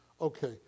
Okay